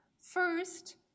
First